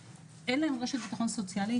אין להם רשת ביטחון סוציאלי,